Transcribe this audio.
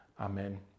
Amen